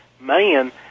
man